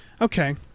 Okay